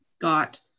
got